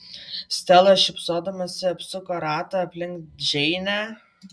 stela šypsodamasi apsuko ratą aplink džeinę